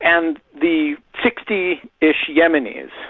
and the sixty ish yemenis,